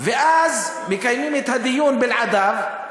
ואז מקיימים את הדיון בלעדיו,